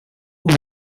uha